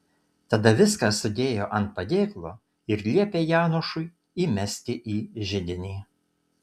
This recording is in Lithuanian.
tada viską sudėjo ant padėklo ir liepė janošui įmesti į židinį